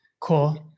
cool